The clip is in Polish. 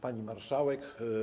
Pani Marszałek!